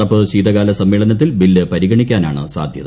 നടപ്പു ശീതകാല സമ്മേളനത്തിൽ ബിൽ പരിഗണിക്കാനാണ് സാധ്യത